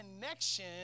connection